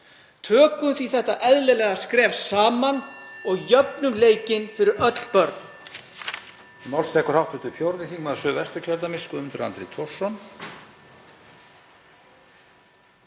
Tökum því þetta eðlilega skref saman og jöfnum leikinn fyrir öll börn.